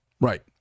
Right